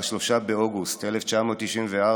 ב-3 באוגוסט 1994,